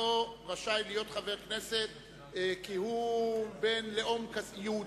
אינו רשאי להיות חבר כנסת כי הוא בן לאום יהודי,